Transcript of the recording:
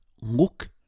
look